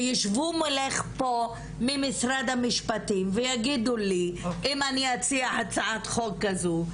וישבו מולך פה ממשרד המשפטים ויגידו לי אם אני אציע הצעת חוק כזו,